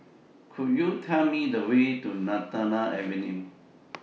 Could YOU Tell Me The Way to Lantana Avenue